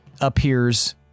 appears